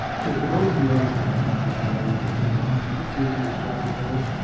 so for those in the audience that might not be familiar with a pmo, can you just briefly describe what that is?